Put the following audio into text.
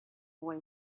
boy